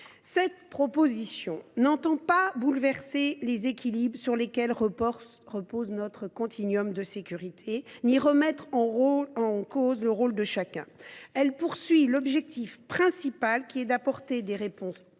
Cette proposition de loi ne tend pas à bouleverser les équilibres sur lesquels repose notre continuum de sécurité, ni remettre en cause le rôle de chacun. Son objectif principal est d’apporter des réponses